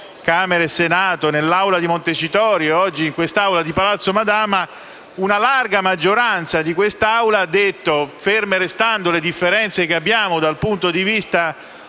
Camera e Senato, nell'Aula di Montecitorio e oggi nell'Aula di Palazzo Madama - una larga maggioranza ha detto che, ferme restando le differenze che abbiamo dal punto di vista